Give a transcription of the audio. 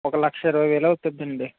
ఒక లక్ష ఇరవై వేలు అవుతుందండి